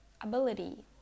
Ability